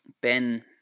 ben